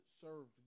served